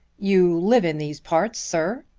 you live in these parts, sir?